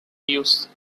use